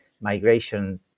migration